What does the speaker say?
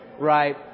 right